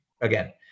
again